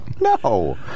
No